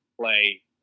play